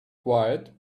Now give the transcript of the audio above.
quiet